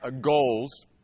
goals